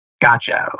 gotcha